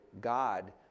God